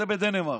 זו דנמרק.